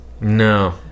No